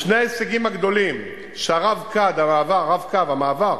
שני ההישגים הגדולים, ה"רב-קו", המעבר